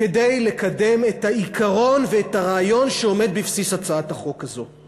כדי לקדם את העיקרון ואת הרעיון שעומד בבסיס הצעת החוק הזאת.